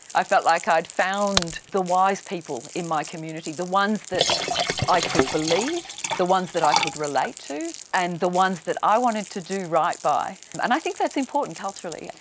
i felt like i'd found the wise people in my community, the ones that i could believe, the ones that i could relate to and the ones that i wanted to do right by. and i think that's important culturally.